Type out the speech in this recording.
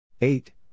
Eight